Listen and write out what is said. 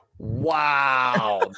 Wow